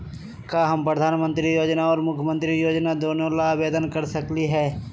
का हम प्रधानमंत्री योजना और मुख्यमंत्री योजना दोनों ला आवेदन कर सकली हई?